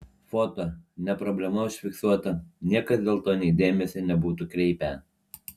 foto ne problema užfiksuota niekas dėl to nei dėmesio nebūtų kreipę